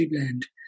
land